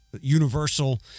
universal